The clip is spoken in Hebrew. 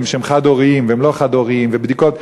שהם חד-הוריים והם לא חד-הוריים לפי הבדיקות,